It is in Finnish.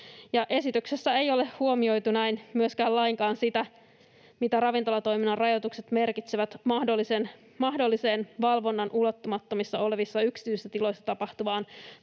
Esityksessä ei ole huomioitu näin myöskään lainkaan sitä, mitä ravintolatoiminnan rajoitukset merkitsevät mahdolliseen valvonnan ulottumattomissa olevissa yksityisissä tiloissa tapahtuvien